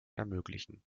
ermöglichen